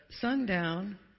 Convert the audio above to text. sundown